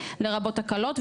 לרבות תקלות,